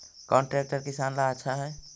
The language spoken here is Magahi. कौन ट्रैक्टर किसान ला आछा है?